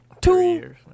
two